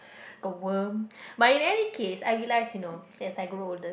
a worm but in any case I realise you know as I grow older